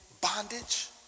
bondage